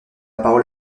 parole